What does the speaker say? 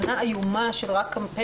שנה איומה של רק קמפיינים,